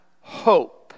hope